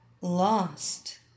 lost